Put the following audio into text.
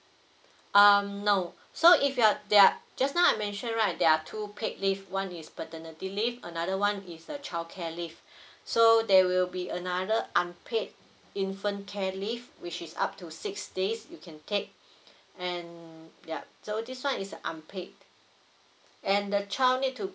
um no so if there are just now I mention right there are two paid leave one is paternity leave another one is the child care leave so there will be another unpaid infant care leave which is up to six days you can take and yup this one is unpaid and the child need to